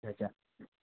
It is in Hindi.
अच्छा